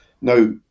Now